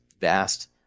vast